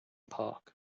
park